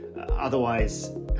Otherwise